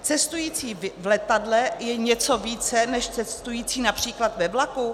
Cestující v letadle je něco více než cestující například ve vlaku?